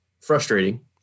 frustrating